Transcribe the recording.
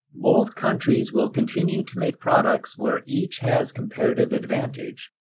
both countries will continue to make products where each has comparative advantage,